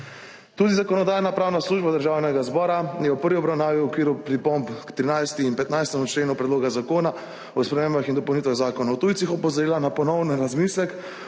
Tudi Zakonodajno-pravna služba Državnega zbora je v prvi obravnavi v okviru pripomb k 13. in 15. členu Predloga zakona o spremembah in dopolnitvah Zakona o tujcih opozorila na ponoven razmislek